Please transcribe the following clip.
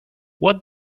what